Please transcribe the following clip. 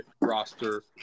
roster